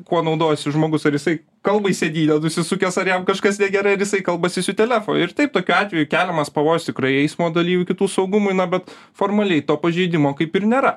kuo naudojasi žmogus ar jisai kalba į sėdynę nusisukęs ar jam kažkas negerai ar jisai kalbasi su telefu ir taip tokiu atveju keliamas pavojus tikrai eismo dalyvių kitų saugumui na bet formaliai to pažeidimo kaip ir nėra